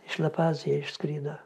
iš la paz jie išskrido